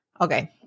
Okay